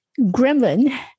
gremlin